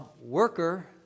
worker